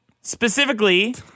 Specifically